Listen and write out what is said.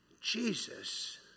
Jesus